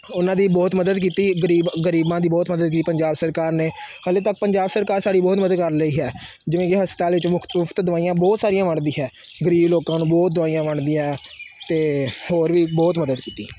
ਉਹਨਾਂ ਦੀ ਬਹੁਤ ਮਦਦ ਕੀਤੀ ਗਰੀਬ ਗਰੀਬਾਂ ਦੀ ਬਹੁਤ ਮਦਦ ਕੀਤੀ ਪੰਜਾਬ ਸਰਕਾਰ ਨੇ ਹਜੇ ਤੱਕ ਪੰਜਾਬ ਸਰਕਾਰ ਸਾਡੀ ਬਹੁਤ ਮਦਦ ਕਰ ਲਈ ਹੈ ਜਿਵੇਂ ਕਿ ਹਸਪਤਾਲ ਵਿੱਚ ਮੁੱਖਤ ਮੁਫ਼ਤ ਦਵਾਈਆਂ ਬਹੁਤ ਸਾਰੀਆਂ ਵੰਡਦੀ ਹੈ ਗਰੀਬ ਲੋਕਾਂ ਨੂੰ ਬਹੁਤ ਦਵਾਈਆਂ ਵੰਡਦੀ ਹੈ ਅਤੇ ਹੋਰ ਵੀ ਬਹੁਤ ਮਦਦ ਕੀਤੀ